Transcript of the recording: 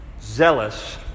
zealous